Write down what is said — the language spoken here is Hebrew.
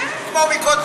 כמו קודם,